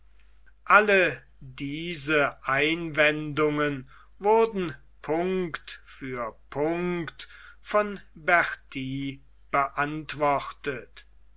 alle diese einwendungen wurden punkt für punkt von berti beantwortet